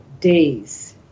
Days